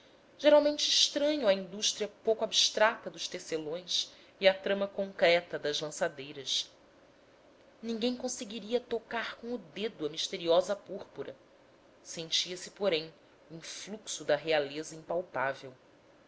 geralmente estranho à indústria pouco abstrata dos tecelões e à trama concreta das lançadeiras ninguém conseguiria tocar com o dedo a misteriosa púrpura sentia-se porém o influxo da realeza impalpável